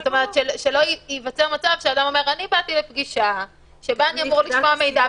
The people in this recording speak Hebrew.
שלא ייווצר מצב שאדם אומר: אני באתי לפגישה שבה אני אמור לשמוע מידע,